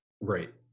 right